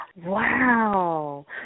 Wow